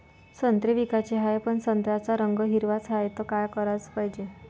संत्रे विकाचे हाये, पन संत्र्याचा रंग हिरवाच हाये, त का कराच पायजे?